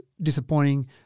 disappointing